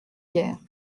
guerre